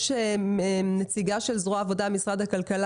יש נציגה של זרוע העבודה במשרד הכלכלה